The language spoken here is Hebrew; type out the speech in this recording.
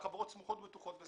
והחברות סמוכות ובטוחות בזה,